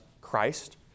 Christ